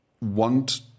want